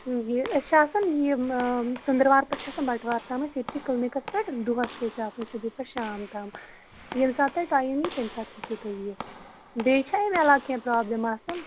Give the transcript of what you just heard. یہِ أسۍ چھِ آسان یم ژٔنٛدٕروار پٮ۪ٹھٕ چھِ آسان بَٹہٕ وار تام أسۍ ییٚتھٕے کِلنِکَس پٮ۪ٹھ دۄہَس چھِ أسۍ آسان صُبح پٮ۪ٹھ شام تام ییٚمہِ ساتہٕ تۄہہِ ٹایم یی تَمہِ ساتہٕ ہیٚکِو تُہۍ یِتھ بیٚیہِ چھِ اَمہِ علاوہٕ کینٛہہ پرٛابلِم آسان